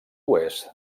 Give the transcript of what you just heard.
oest